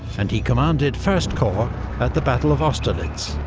and he commanded first corps at the battle of austerlitz,